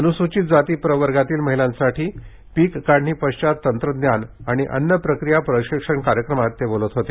अनुसुचित जाती प्रवर्गातील महिलांसाठी पीक काढणी पश्चात तंत्रज्ञान आणि अन्न प्रक्रिया प्रशिक्षण कार्यक्रमात ते बोलत होते